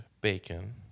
bacon